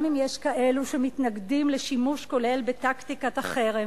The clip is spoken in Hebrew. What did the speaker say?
גם אם יש כאלו שמתנגדים לשימוש כולל בטקטיקת החרם,